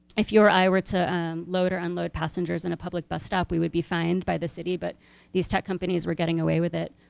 if you or i were to load or unload passengers in a public bus stop we would be fined by the city but these tech companies were getting away with it.